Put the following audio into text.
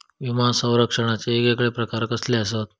विमा सौरक्षणाचे येगयेगळे प्रकार कसले आसत?